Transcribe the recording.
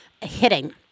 hitting